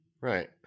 Right